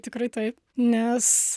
tikrai taip nes